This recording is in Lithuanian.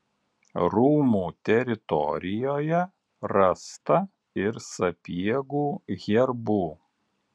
rūmų teritorijoje rasta ir sapiegų herbų